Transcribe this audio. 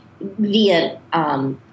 via